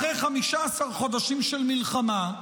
אחרי 15 חודשים של מלחמה,